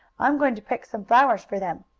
i'm going to pick some flowers for them.